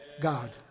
God